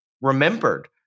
remembered